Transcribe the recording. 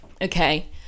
okay